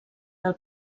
del